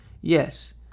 Yes